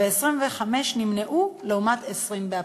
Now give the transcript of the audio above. ו-25 נמנעו לעומת 20 באפריל.